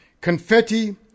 Confetti